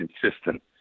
consistent